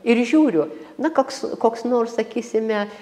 ir žiūriu na koks koks nors sakysime